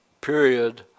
period